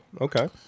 okay